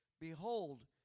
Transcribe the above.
Behold